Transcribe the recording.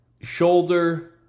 shoulder